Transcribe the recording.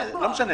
לא משנה.